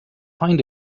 find